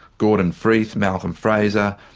gordon freeth, malcolm fraser,